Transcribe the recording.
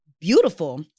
beautiful